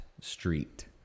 Street